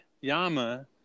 Yama